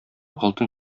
алтын